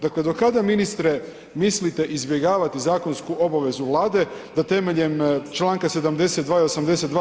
Dakle, do kada ministre mislite izbjegavati zakonsku obavezu Vlade da temeljem Članka 72. i 82.